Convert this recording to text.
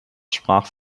sprach